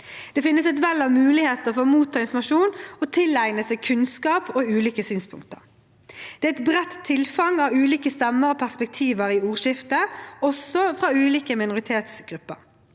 Det finnes et vell av muligheter for å motta informasjon og tilegne seg kunnskap og ulike synspunkter. – Det er et bredt tilfang av ulike stemmer og perspektiver i ordskiftet, også fra ulike minoritetsgrupper.